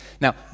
now